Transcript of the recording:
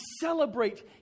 celebrate